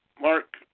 Mark